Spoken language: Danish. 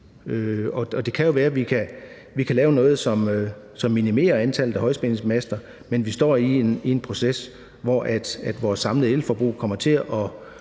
Det kan jo være, at vi kan lave noget, som minimerer antallet af højspændingsmaster, men vi er i en proces, hvor vores samlede elforbrug kommer til at